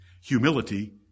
Humility